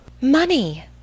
money